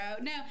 No